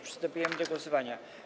Przystępujemy do głosowania.